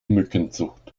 mückenzucht